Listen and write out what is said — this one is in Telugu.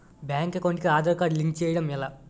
బ్యాంక్ అకౌంట్ కి ఆధార్ కార్డ్ లింక్ చేయడం ఎలా?